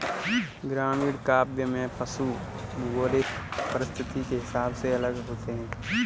ग्रामीण काव्य में पशु भौगोलिक परिस्थिति के हिसाब से अलग होते हैं